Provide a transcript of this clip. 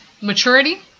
maturity